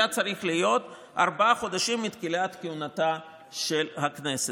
היה צריך להיות ארבעה חודשים מתחילת כהונתה של הכנסת,